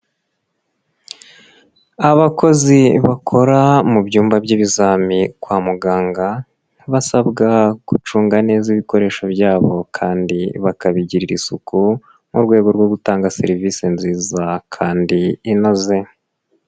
Abakozi bakora mu byumba by'ibizami kwa muganga, basabwa gucunga neza ibikoresho byabo kandi bakabigirira isuku, mu rwego rwo gutanga serivisi nziza kandi inoze.